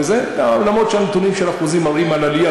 אף שהנתונים של האחוזים מראים עלייה,